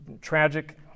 tragic